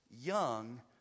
young